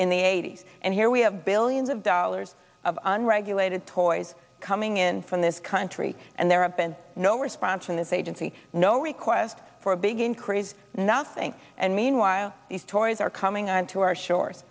in the eighty's and here we have billions of dollars of unregulated toys coming in from this country and there have been no response from his agency no request for a big increase nothing and meanwhile these toys are coming on to our shores